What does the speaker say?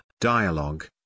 dialogue